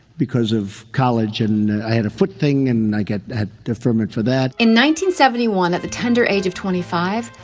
because of college. and i had a foot thing and i had deferment for that. in one seventy one at the tender age of twenty five,